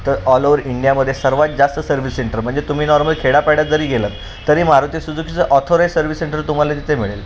तर all over इंडियामध्ये सर्वात जास्त सर्व्हिस सेंटर म्हणजे तुम्ही नॉर्मल खेडापाड्यात जरी गेलात तरी मारती सुजूकीचा ऑथोराईज सर्व्हिस सेंटर तुम्हाला तिथे मिळेल